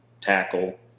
tackle